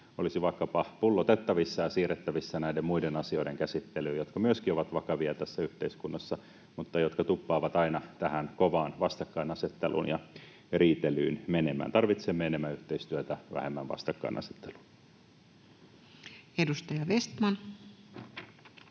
olisi vaikkapa pullotettavissa ja siirrettävissä näiden muiden asioiden käsittelyyn, jotka myöskin ovat vakavia tässä yhteiskunnassa mutta jotka tuppaavat aina menemään kovaan vastakkainasetteluun ja riitelyyn. Tarvitsemme enemmän yhteistyötä, vähemmän vastakkainasettelua. [Speech